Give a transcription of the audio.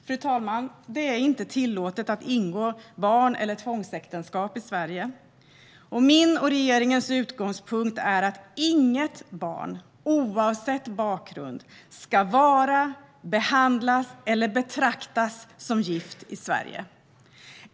Fru talman! Det är inte tillåtet att ingå barnäktenskap eller tvångsäktenskap i Sverige. Min och regeringens utgångspunkt är att inget barn, oavsett bakgrund, ska vara, behandlas eller betraktas som gift i Sverige.